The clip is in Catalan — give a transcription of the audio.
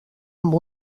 amb